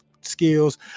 skills